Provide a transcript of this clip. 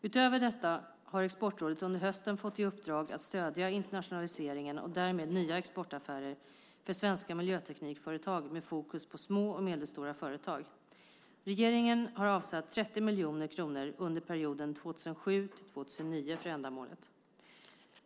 Utöver detta har Exportrådet under hösten fått i uppdrag att stödja internationaliseringen och därmed nya exportaffärer för svenska miljöteknikföretag med fokus på små och medelstora företag. Regeringen har avsatt 30 miljoner kronor under perioden 2007-2009 för ändamålet.